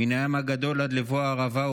מן הים הגדול עד לבוא הערבה,